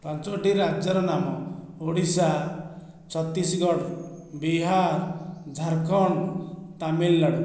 ପାଞ୍ଚଟି ରାଜ୍ୟର ନାମ ଓଡ଼ିଶା ଛତିଶଗଡ଼ ବିହାର ଝାରଖଣ୍ଡ ତାମିଲନାଡ଼ୁ